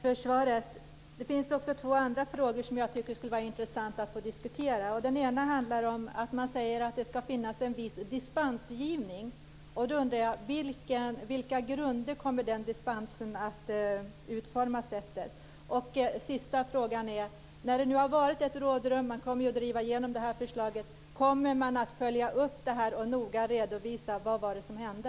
Fru talman! Tack för svaret. Det finns också två andra frågor som jag tycker att det skulle vara intressant att få diskutera. Den ena handlar om att man säger att det skall finnas en viss dispensgivning. Nu undrar jag: Vilka grunder kommer den dispensen att utformas efter? Den sista frågan är: När det har varit ett rådrum - man kommer ju att driva igenom det här förslaget - kommer man att följa upp detta och noga redovisa vad det var som hände?